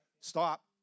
Stop